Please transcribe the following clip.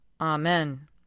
Amen